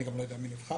אני גם לא יודע מי נבחר.